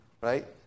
right